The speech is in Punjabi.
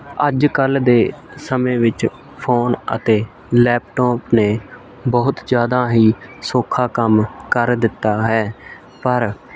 ਅੱਜ ਕੱਲ੍ਹ ਦੇ ਸਮੇਂ ਵਿੱਚ ਫ਼ੋਨ ਅਤੇ ਲੈਪਟੋਪ ਨੇ ਬਹੁਤ ਜ਼ਿਆਦਾ ਹੀ ਸੌਖਾ ਕੰਮ ਕਰ ਦਿੱਤਾ ਹੈ ਪਰ